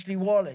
יש וולט